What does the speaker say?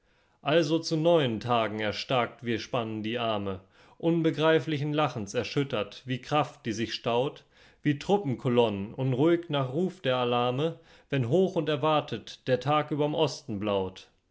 also zu neuen tagen erstarkt wir spannen die arme unbegreiflichen lachens erschüttert wie kraft die sich staut wie truppenkolonnen unruhig nach ruf der alarme wenn hoch und erwartet der tag überm osten blaut